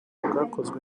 bwakozwe